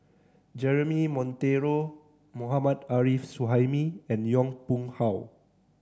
Jeremy Monteiro Mohammad Arif Suhaimi and Yong Pung How